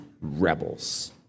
rebels